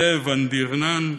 זאב ונדרינר,